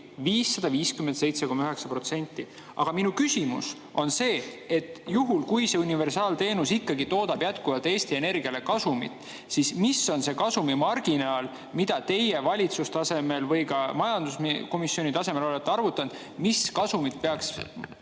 557,9%! Aga minu küsimus on see. Juhul kui universaalteenus ikkagi toodab jätkuvalt Eesti Energiale kasumit, siis kui suur on see kasumimarginaal, mida teie valitsuse tasemel või ka majanduskomisjoni tasemel olete arvutanud? Kui suurt kasumit peaks